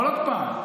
אבל עוד פעם,